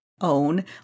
own